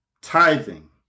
tithing